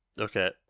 Okay